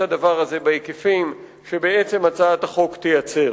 הדבר הזה בהיקפים שבעצם הצעת החוק תייצר.